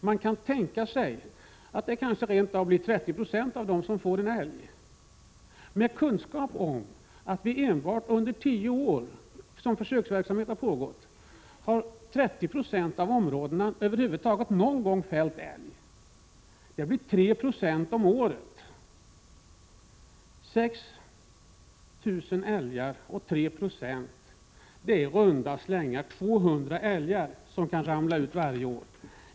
Man kan kanske tänka sig att upp till 30 92 av dessa får sig en älg tilldelad. Under de tio år som försöksverksamheten pågått har det endast i 30 20 av områdena över huvud taget någon gång fällts en älg, vilket motsvarar 3 96 om året. 6 000 tilldelade älgar och 3 96 avskjutning betyder ett utfall om i runt tal 200 älgar varje år.